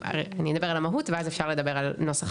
אני אדבר על המהות ואז אפשר לדבר על נוסח